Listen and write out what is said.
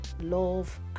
love